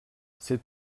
c’est